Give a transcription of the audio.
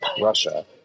Russia